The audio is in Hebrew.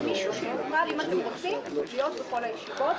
תודיעו בבקשה.